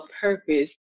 purpose